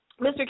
Mr